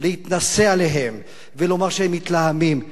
להתנשא עליהם ולומר שהם מתלהמים.